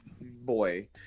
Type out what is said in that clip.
boy